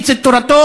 גם מפיץ את תורתו,